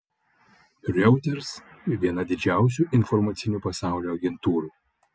reuters viena didžiausių informacinių pasaulio agentūrų